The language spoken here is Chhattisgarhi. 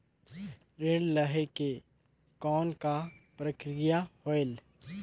ऋण लहे के कौन का प्रक्रिया होयल?